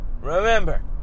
Remember